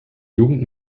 jugend